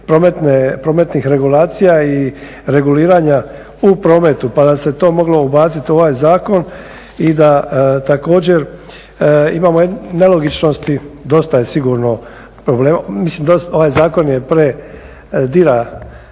prometnih regulacija i reguliranja u prometu, pa da se to moglo ubaciti u ovaj zakon i da također imamo nelogičnosti. Dosta je sigurno problema. Mislim ovaj zakon je pre, dira